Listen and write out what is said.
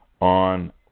on